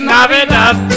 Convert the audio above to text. Navidad